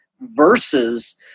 versus